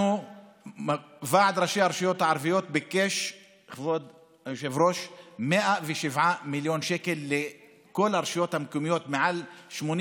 ועד ראשי הרשויות הערביות ביקש 107 מיליון שקל למעל 80